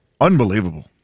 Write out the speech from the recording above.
Unbelievable